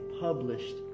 published